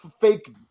fake